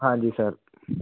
ਹਾਂਜੀ ਸਰ